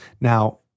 Now